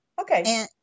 Okay